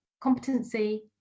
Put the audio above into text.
competency